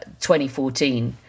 2014